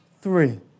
three